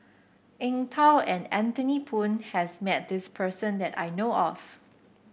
Eng Tow and Anthony Poon has met this person that I know of